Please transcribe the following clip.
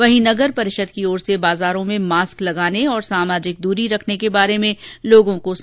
वहीं नगर परिषद की ओर से बाजारों में मास्क लगाने और सामाजिक दूरी बनाए रखने के बारे में लोगों को समझाया गया